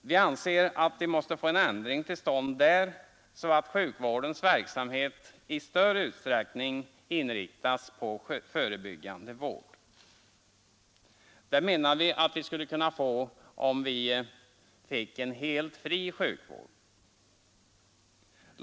Vi anser att en ändring bör komma till stånd så att sjukvårdens verksamhet i större utsträckning inriktas på förebyggande vård. Det skulle kunna åstadkommas genom en helt fri sjukvård.